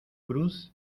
cruz